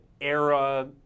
era